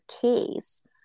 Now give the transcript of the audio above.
case